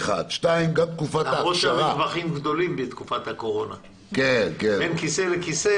המרווחים בין כיסא לכיסא